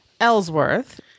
Ellsworth